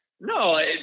No